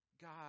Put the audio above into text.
God